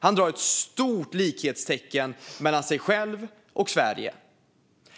Han sätter ett stort likhetstecken mellan sig själv och Sverige.